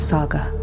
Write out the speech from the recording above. Saga